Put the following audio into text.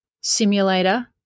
simulator